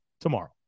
tomorrow